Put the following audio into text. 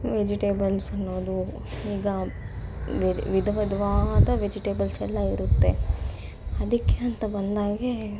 vegetables ನೋಡ್ಬೋದು ಈಗ ವಿಧ ವಿಧ ವಿಧವಾದ ವೆಜಿಟೇಬಲ್ಸೆಲ್ಲ ಇರುತ್ತೆ ಅದಕ್ಕೆ ಅಂತ ಬಂದಾಗೆ